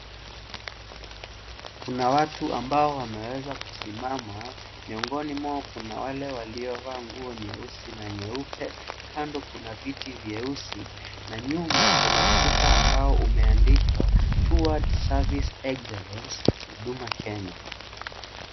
Kuna watu ambao wanaweza kusimama, miongoni mwao kuna wale waliovaa nguo nyeusi na nyeupe, kando kuna viti vyeusi na nyuma kuna ukuta ambao umeandikwa towards service excellence Huduma Kenya.